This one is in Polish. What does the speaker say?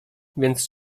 więc